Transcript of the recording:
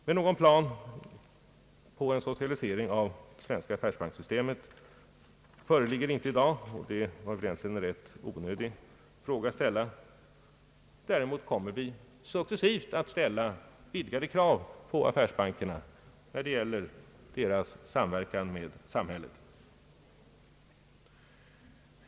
Men någon plan på en socialisering av det svenska affärsbankssystemet föreligger icke i dag — och den ställda frågan var väl tämligen onödig. Däremot kommer vi successivt att ställa ökade krav på affärsbankernas samverkan med samhället.